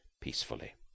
peacefully